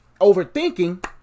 overthinking